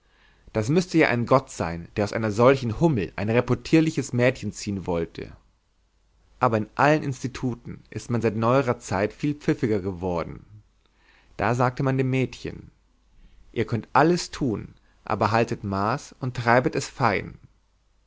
das müßte ja ein gott sein der aus einer solchen hummel ein reputierliches mädchen ziehen wollte aber in allen instituten ist man seit neuerer zeit viel pfiffiger geworden da sagt man den mädchen ihr könnt alles tun aber haltet maß und treibet es fein